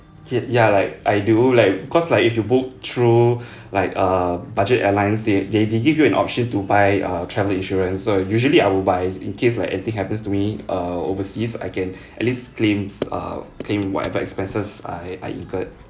cause ya like I do like cause like if you book through like err budget airlines they they they give you an option to buy uh travel insurance so usually I will buy in case like anything happens to me uh overseas I can at least claims uh claim whatever expenses I I incurred